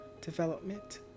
development